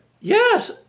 Yes